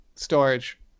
Storage